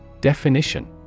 Definition